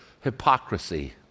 hypocrisy